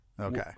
Okay